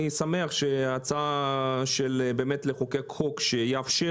אני שמח על ההצעה לחוקק חוק שיאפשר